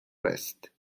rest